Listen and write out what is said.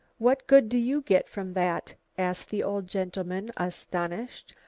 what good do you get from that? asked the old gentleman, astonished.